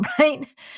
right